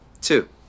two